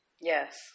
Yes